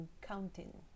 counting